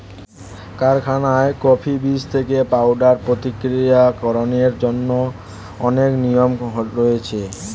কারখানায় কফি বীজ থেকে পাউডার প্রক্রিয়াকরণের জন্য অনেক নিয়ম রয়েছে